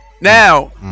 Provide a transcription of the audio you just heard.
Now